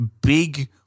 big